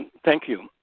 thank you.